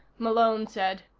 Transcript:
malone said,